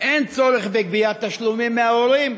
אין צורך בגביית תשלומים מההורים,